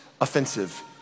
offensive